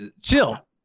chill